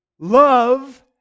Love